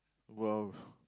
!wow!